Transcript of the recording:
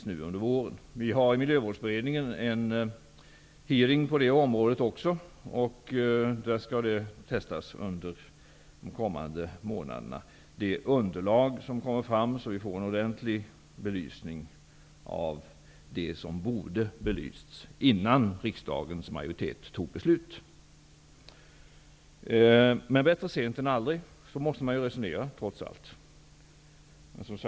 Vi har en hearing på det området i Miljövårdsberedningen också. Där skall det underlag som kommer fram testas under de kommande månaderna. Då får vi en ordentlig belysning av det som borde belysts innan riksdagens majoritet fattade beslut. Men bättre sent än aldrig. Så måste man trots allt resonera.